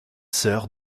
sœur